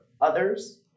others